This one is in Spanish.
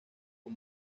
con